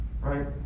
right